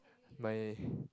my